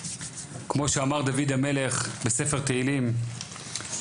כמו שאמר דויד המלך בספר תהילים,